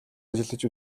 ажиллаж